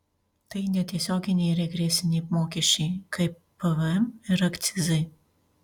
tai netiesioginiai regresiniai mokesčiai kaip pvm ir akcizai